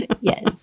Yes